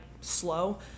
slow